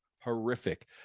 horrific